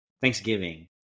Thanksgiving